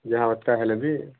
ଯାହା ଅଟକା ହେଲେ ବି